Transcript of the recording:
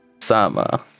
Sama